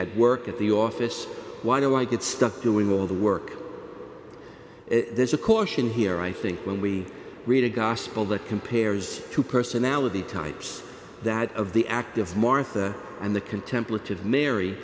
at work at the office why do i get stuck doing all the work there's a caution here i think when we read a gospel that compares to personality types that of the active martha and the contemp